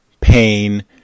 pain